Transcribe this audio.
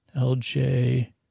LJ